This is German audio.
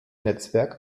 netzwerk